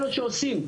אלו שעושים,